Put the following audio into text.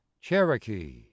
Cherokee